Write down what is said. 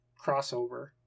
crossover